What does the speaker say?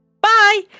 Bye